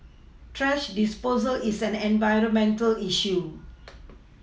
thrash disposal is an environmental issue